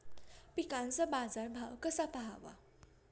पिकांचा बाजार भाव कसा पहावा?